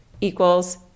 equals